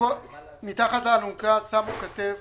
מתחת לאלונקה שמו כתף